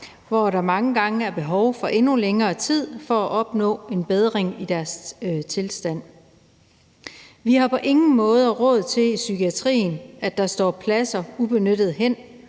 hvor der mange gange er behov for endnu længere tid for at opnå en bedring i deres tilstand. Vi har på ingen måder råd til i psykiatrien, at der står pladser ubenyttede hen,